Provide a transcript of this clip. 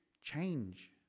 Change